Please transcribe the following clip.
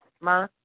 Ma